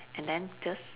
and then just